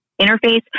interface